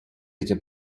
эти